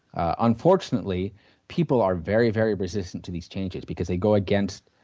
unfortunately people are very, very resistant to these changes because they go against